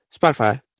Spotify